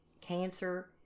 cancer